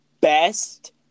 best